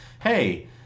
hey